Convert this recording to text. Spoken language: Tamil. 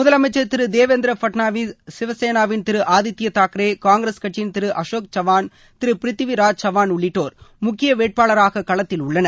முதலமைச்சர் திரு தேவேந்திர பட்டாவிஸ் சிவசேனாவின் திரு ஆதித்ய தாக்ரே காங்கிரஸ் கட்சியின் திரு அசோக் சவான் திரு பிருத்வி ராஜ் சவான் உள்ளிட்டோர் முக்கிய வேட்பாளர்களாக களத்தில் உள்ளனர்